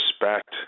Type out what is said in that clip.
respect